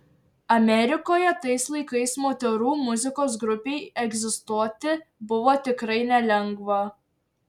amerikoje tais laikais moterų muzikos grupei egzistuoti buvo tikrai nelengva